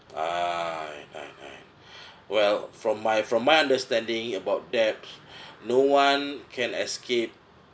ah nice nice well from my from my understanding about debt no one can escape